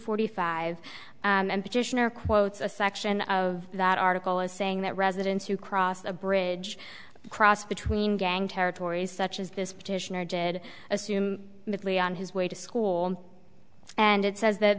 forty five and petitioner quotes a section of that article as saying that residents who cross a bridge cross between gang territories such as this petitioner did assume the glee on his way to school and it says that